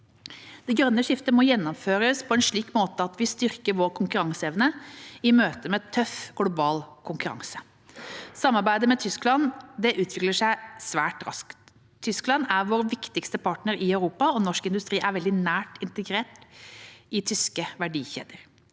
Det grønne skiftet må gjennomføres på en slik måte at vi styrker vår konkurranseevne i møte med tøff global konkurranse. Samarbeidet med Tyskland utvikler seg svært raskt. Tyskland er vår viktigste partner i Europa, og norsk industri er veldig nært integrert i tyske verdikjeder.